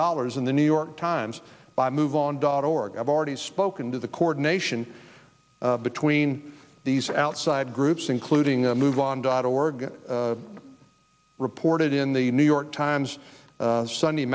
dollars in the new york times by move on dot org i've already spoken to the coordination between these outside groups including the move on dot org reported in the new york times sunday